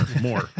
more